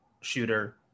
shooter